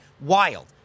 Wild